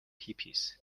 hippies